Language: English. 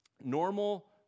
normal